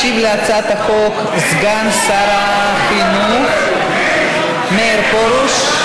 ישיב על הצעת החוק סגן שר החינוך מאיר פרוש.